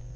D